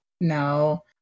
No